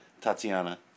tatiana